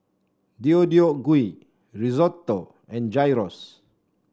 Deodeok Gui Risotto and Gyros